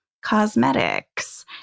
cosmetics